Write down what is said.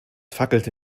fackelte